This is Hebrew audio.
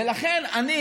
ולכן אני,